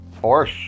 horse